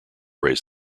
raise